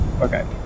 Okay